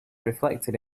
reflected